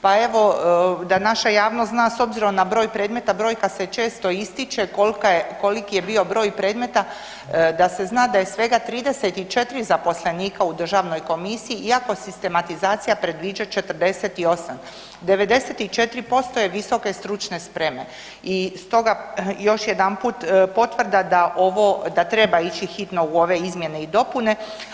Pa evo da naša javnost zna, s obzirom na broj predmeta brojka se često ističe kolka je, koliki je bio broj predmeta, da se zna da je svega 34 zaposlenika u državnoj komisiji iako sistematizacija predviđa 49. 94% je visoke stručne spreme i stoga još jedanput potvrda da ovo, da treba ići hitno u ove izmjene i dopune.